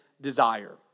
desire